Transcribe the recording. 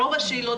כל הכבוד לך